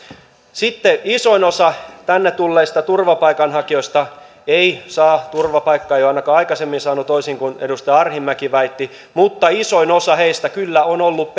isoin osa tänne tulleista turvapaikanhakijoista ei saa turvapaikkaa ei ole ainakaan aikaisemmin saanut toisin kuin edustaja arhinmäki väitti mutta isoin osa heistä kyllä on ollut